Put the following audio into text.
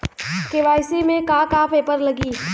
KYC में का का पेपर लगी?